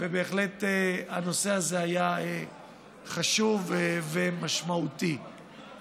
ובהחלט הנושא הזה היה חשוב ומשמעותי.